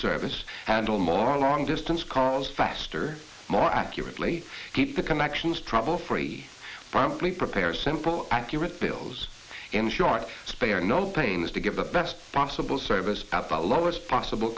service handle more long distance calls faster more accurately keep the connections troublefree promptly prepare simple accurate bills in short spare no pains to give the best possible service at the lowest possible